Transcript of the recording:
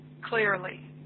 clearly